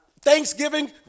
Thanksgiving